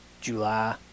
July